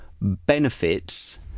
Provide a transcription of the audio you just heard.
benefits